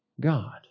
God